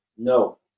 no